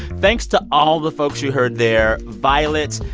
thanks to all the folks you heard there violet,